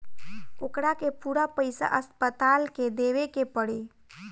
ओकरा के पूरा पईसा अस्पताल के देवे के पड़ी